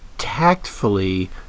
Tactfully